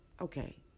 Okay